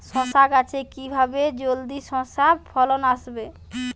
শশা গাছে কিভাবে জলদি শশা ফলন আসবে?